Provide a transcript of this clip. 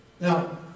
Now